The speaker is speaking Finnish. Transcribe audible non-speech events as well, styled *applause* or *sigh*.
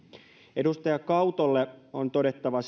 edustaja kautolle on todettava *unintelligible*